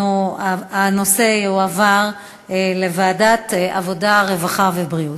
הנושא יועבר לוועדת העבודה, הרווחה והבריאות.